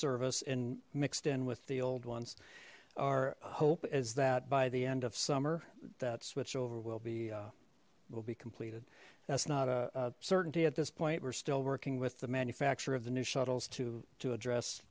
service in mixed in with the old ones our hope is that by the end of summer that switchover will be will be completed that's not a certainty at this point we're still working with the manufacturer of the new shuttles to to address